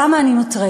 למה אני מוטרדת?